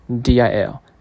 DIL